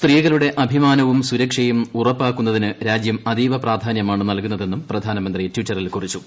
സ്ത്രീകളുടെ അഭിമാനവും സുരക്ഷയും ഉറപ്പാക്കുന്നതിന് രാജ്യം അതീവ പ്രാധാന്യമാണ് നല്കുന്നതെന്നും പ്രധാനമന്ത്രി ട്വിറ്ററിൽ കുറിച്ചു